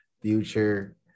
Future